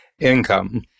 income